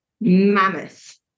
mammoth